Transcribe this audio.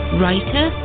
writer